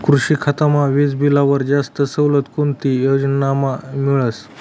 कृषी खातामा वीजबीलवर जास्त सवलत कोणती योजनामा मिळस?